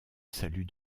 salut